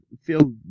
feel